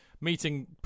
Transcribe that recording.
meeting